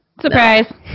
Surprise